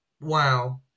wow